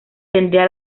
tendría